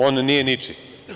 On nije ničiji.